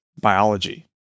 biology